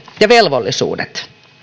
ja velvollisuudet